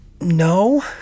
no